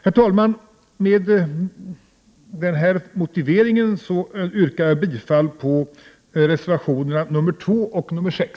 Herr talman! Med denna motivering yrkar jag bifall till reservationerna 2 och 6.